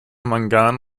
mangan